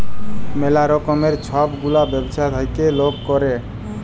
ম্যালা রকমের ছব গুলা ব্যবছা থ্যাইকে লক ক্যরে